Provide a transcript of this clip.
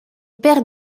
paire